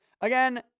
again